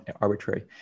arbitrary